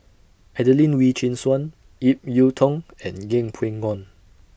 Adelene Wee Chin Suan Ip Yiu Tung and Yeng Pway Ngon